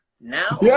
Now